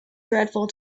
dreadful